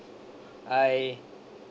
I